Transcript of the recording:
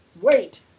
Wait